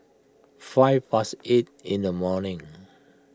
five past eight in the morning